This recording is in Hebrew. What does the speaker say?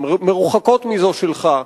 גם מרוחקות מזו שלך,